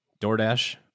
DoorDash